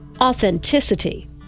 authenticity